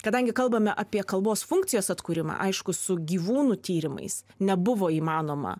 kadangi kalbame apie kalbos funkcijos atkūrimą aišku su gyvūnų tyrimais nebuvo įmanoma